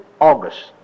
August